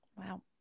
Wow